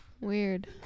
Weird